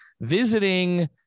visiting